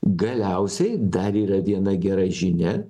galiausiai dar yra viena gera žinia